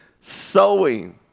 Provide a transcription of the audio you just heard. sowing